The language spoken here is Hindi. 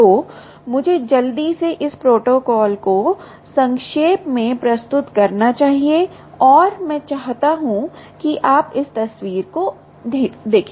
तो मुझे जल्दी से इस प्रोटोकॉल को संक्षेप में प्रस्तुत करना चाहिए और मैं चाहता हूं कि आप इस तस्वीर को देखें